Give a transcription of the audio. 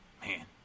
man